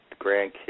grandkids